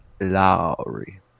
Lowry